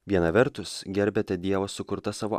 viena vertus gerbiate dievo sukurtą savo